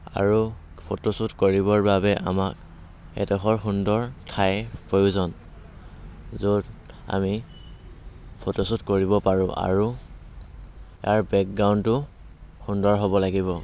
আৰু ফটোশ্বুট কৰিবৰ বাবে আমাক এডোখৰ সুন্দৰ ঠাইৰ প্ৰয়োজন য'ত আমি ফটোশ্বুট কৰিব পাৰোঁ আৰু তাৰ বেকগ্ৰাউণ্ডটো সুন্দৰ হ'ব লাগিব